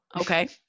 Okay